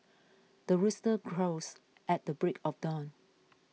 the rooster crows at the break of dawn